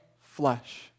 flesh